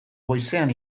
goizean